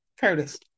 Curtis